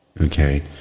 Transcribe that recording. okay